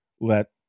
let